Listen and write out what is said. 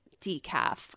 decaf